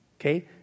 Okay